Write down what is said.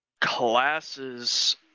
classes